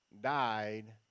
died